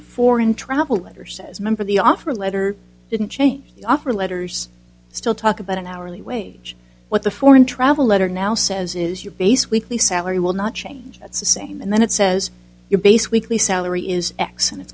foreign travel letter says member the offer letter didn't change the offer letters still talk about an hourly wage what the foreign travel letter now says is your base weekly salary will not change that's the same and then it says your base weekly salary is x and it's